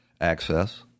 access